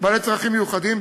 בעלי צרכים מיוחדים.